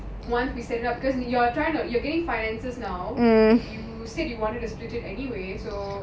you wanted to you said you want to stay anyway so